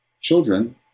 children